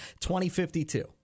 2052